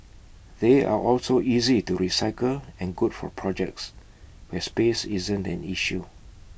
they are also easy to recycle and good for projects where space isn't an issue